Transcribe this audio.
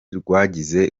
rwagize